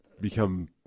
become